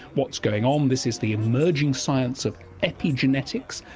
what's going on. this is the emerging science of epigenetics,